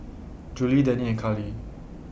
Julie Danny and Carlie